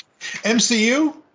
MCU